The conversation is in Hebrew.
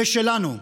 ושלנו,